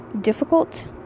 difficult